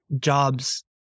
jobs